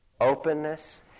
...openness